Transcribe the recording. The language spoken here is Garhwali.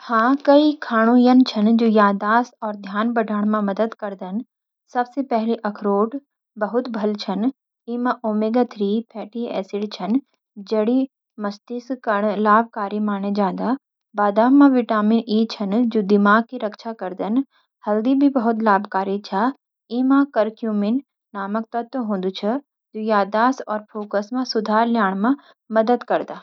हाँ, कई खानू यन छन जो याददाश्त और ध्यान बढ़ाण म मदद करदन। सबसे पहले, अखरोट बहुत भल छन, इमा ओमेगा-थ्री फेटी एसिड छन, जड़ि मस्तिष्क काण लाभकारी माने जांदा। बादाम म विटामिन ई छन, जु दिमाग़ की रक्षा करदन। हल्दी भी बहुत लाभकारी छ, इमा करक्यूमिन नामक तत्व होदु छ, जु यादाश्त और फोकस म सुधार ल्याण म मदद करदा।